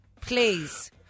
please